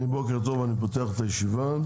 אני פותח את הישיבה,